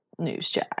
newsjack